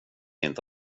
inte